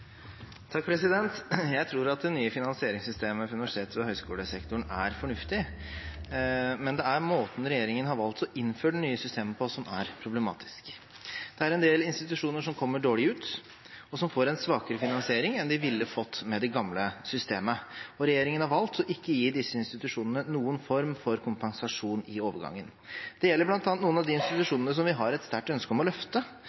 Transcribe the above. Jeg tror at det nye finansieringssystemet for universitets- og høyskolesektoren er fornuftig, men det er måten regjeringen har valgt å innføre det nye systemet på, som er problematisk. Det er en del institusjoner som kommer dårlig ut, og som får en svakere finansiering enn de ville fått med det gamle systemet, og regjeringen har valgt ikke å gi disse institusjonene noen form for kompensasjon i overgangen. Det gjelder bl.a. noen av de